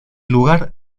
lugar